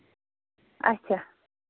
اَچھا